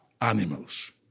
animals